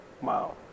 Wow